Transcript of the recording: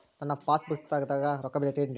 ನನ್ನ ಪಾಸ್ ಪುಸ್ತಕದಾಗ ರೊಕ್ಕ ಬಿದ್ದೈತೇನ್ರಿ?